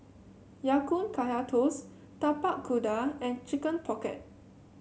Ya Kun Kaya Toast Tapak Kuda and Chicken Pocket